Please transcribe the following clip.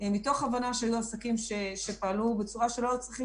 מתוך הבנה שהעסקים האלה פעלו בצורה שלא היו צריכים